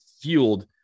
fueled